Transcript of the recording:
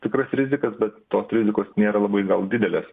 tikras rizikas bet tos rizikos nėra labai gal didelės